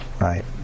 right